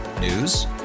News